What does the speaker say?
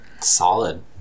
Solid